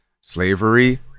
Slavery